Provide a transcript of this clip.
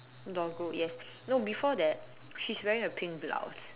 doggo yes no before that she's wearing a pink blouse